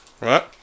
right